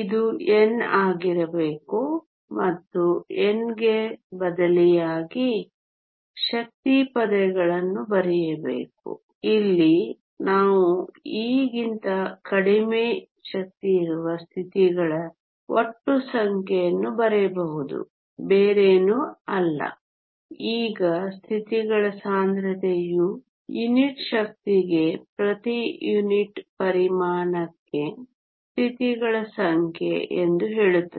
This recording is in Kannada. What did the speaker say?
ಇದು n ಆಗಿರಬೇಕು ಮತ್ತು n ಗೆ ಬದಲಿಯಾಗಿ ಶಕ್ತಿ ಪದಗಳನ್ನು ಬರೆಯಬೇಕು ಇಲ್ಲಿ ನಾವು ಇಗಿಂತ ಕಡಿಮೆ ಶಕ್ತಿಯಿರುವ ಸ್ಥಿತಿಗಳ ಒಟ್ಟು ಸಂಖ್ಯೆಯನ್ನು ಬರೆಯಬಹುದು ಬೇರೇನೂ ಅಲ್ಲ ಈಗ ಸ್ಥಿತಿಗಳ ಸಾಂದ್ರತೆಯು ಯುನಿಟ್ ಶಕ್ತಿಗೆ ಪ್ರತಿ ಯೂನಿಟ್ ಪರಿಮಾಣಕ್ಕೆ ಸ್ಥಿತಿಗಳ ಸಂಖ್ಯೆ ಎಂದು ಹೇಳುತ್ತದೆ